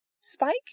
spike